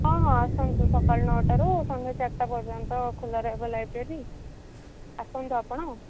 ହଁ ହଁ ଆସନ୍ତୁ ସକାଳ ନଅଟାରୁ ସନ୍ଧ୍ୟା ଚାରିଟା ପର୍ଯ୍ୟନ୍ତ ଖୋଲା ରହିବ ଲାଇବ୍ରେରୀ ଆସନ୍ତୁ ଆପଣ